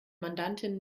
mandantin